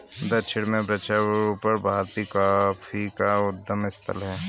दक्षिण में वृक्षारोपण भारतीय कॉफी का उद्गम स्थल है